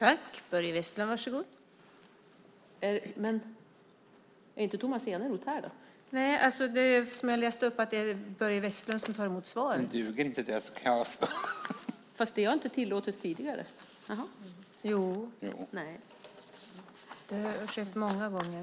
Då Tomas Eneroth, som framställt interpellationen, anmält att han var förhindrad att närvara vid sammanträdet medgav andre vice talmannen att Börje Vestlund i stället fick delta i överläggningen.